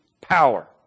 power